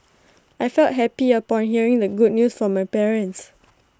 I felt happy upon hearing the good news from my parents